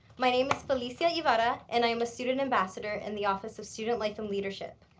my name is phylicia ybarra, and i am a student ambassador in the office of student life and leadership.